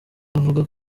avuga